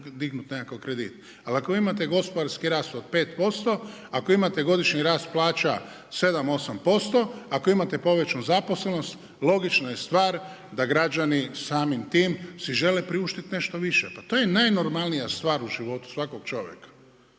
dignut nekakav kredit. Ali ako vi imate gospodarski rast od 5%, ako imate godišnji rast plaća 7, 8%, ako imate povećanu zaposlenost logična je stvar da građani samim tim si žele priuštiti nešto više. Pa to je najnormalnija stvar u životu svakog čovjeka,